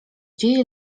dzieje